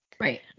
Right